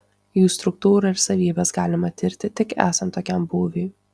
jų struktūrą ir savybes galima tirti tik esant tokiam būviui